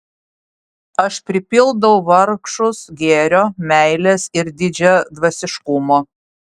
aš pripildau vargšus gėrio meilės ir didžiadvasiškumo